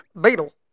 Beetle